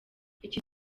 iki